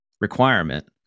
requirement